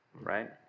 right